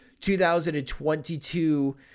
2022